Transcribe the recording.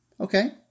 Okay